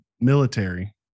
military